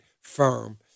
firm